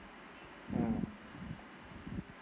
mm